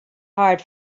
hard